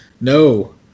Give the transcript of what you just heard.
No